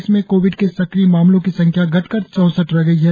प्रदेश में कोविड के सक्रिय मामलों की संख्या घटकर चौसठ रह गई है